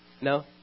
No